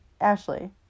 Ashley